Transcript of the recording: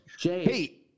hey